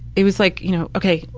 it was like you know ok,